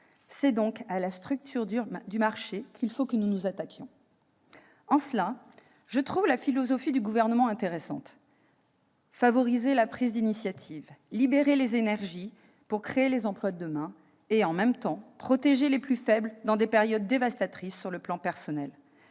C'est donc à la structure du marché qu'il faut que nous nous attaquions. En cela, je trouve la philosophie du Gouvernement intéressante. Elle consiste à favoriser la prise d'initiatives, à libérer les énergies pour créer les emplois de demain et, « en même temps », à protéger les plus faibles dans des périodes dévastatrices sur le plan personnel.